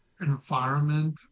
environment